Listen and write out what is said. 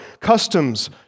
customs